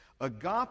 Agape